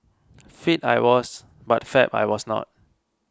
fit I was but fab I was not